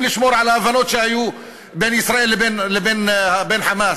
לשמור על ההבנות שהיו בין ישראל לבין "חמאס",